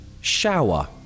Shower